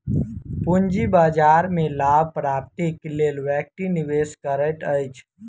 पूंजी बाजार में लाभ प्राप्तिक लेल व्यक्ति निवेश करैत अछि